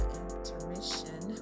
intermission